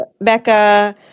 Becca